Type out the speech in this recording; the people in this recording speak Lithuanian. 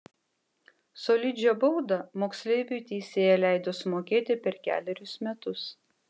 solidžią baudą moksleiviui teisėja leido sumokėti per kelerius metus